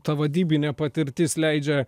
ta vadybinė patirtis leidžia